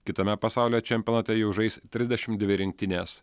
kitame pasaulio čempionate jau žais trisdešimt dvi rinktinės